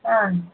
ஆ